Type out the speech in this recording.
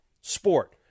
sport